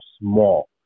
small